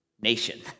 nation